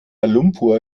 lumpur